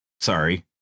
Sorry